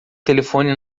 telefone